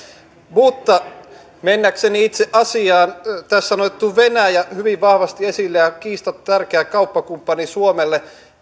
mutta mennäkseni itse asiaan tässä on otettu venäjä hyvin vahvasti esille ja se on kiistatta tärkeä kauppakumppani suomelle